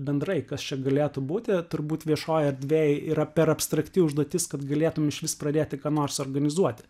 bendrai kas čia galėtų būti turbūt viešoj erdvėj yra per abstrakti užduotis kad galėtum išvis pradėti ką nors organizuoti